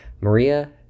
maria